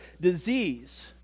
disease